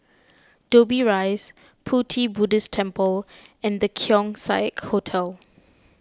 Dobbie Rise Pu Ti Buddhist Temple and the Keong Saik Hotel